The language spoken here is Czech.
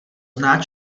zná